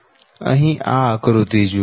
અહી આ આકૃતિ જુઓ